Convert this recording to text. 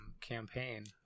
campaign